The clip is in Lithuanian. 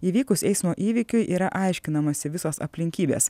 įvykus eismo įvykiui yra aiškinamasi visos aplinkybės